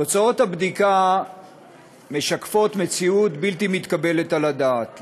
תוצאות הבדיקה משקפות מציאות בלתי מתקבלת על הדעת.